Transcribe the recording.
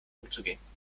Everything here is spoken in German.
umzugehen